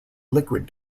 liquid